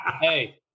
Hey